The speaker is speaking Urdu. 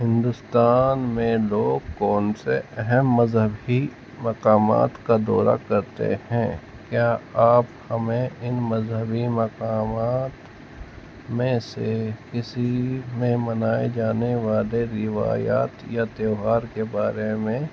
ہندوستان میں لوگ کون سے اہم مذہبی مقامات کا دورہ کرتے ہیں کیا آپ ہمیں ان مذہبی مقامات میں سے کسی میں منائے جانے والے روایات یا تیوہار کے بارے میں